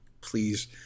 please